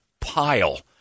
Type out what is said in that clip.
pile